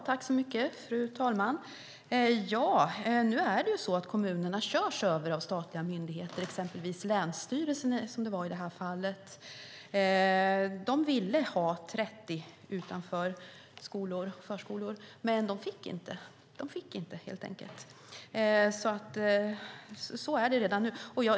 Fru talman! Men det är så att kommunerna körs över av statliga myndigheter, exempelvis länsstyrelsen, som det var i det här fallet. Kommunen ville ha 30 kilometer i timmen utanför skolor och förskolor, men de fick inte, helt enkelt. Så är det.